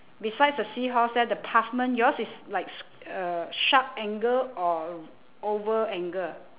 besides the seahorse there the pavement yours is like s~ uh sharp angle or oval angle